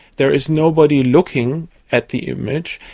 there is nobody looking at the image,